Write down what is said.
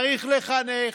צריך לחנך,